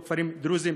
או כפרים דרוזיים,